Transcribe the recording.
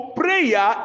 prayer